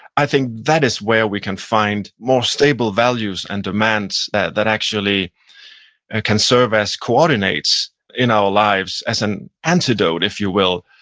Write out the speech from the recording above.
i think that is where we can find more stable values and demands that that actually ah can serve serve as coordinates in our lives, as an antidote, if you will,